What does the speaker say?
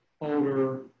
older